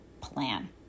plan